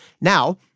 Now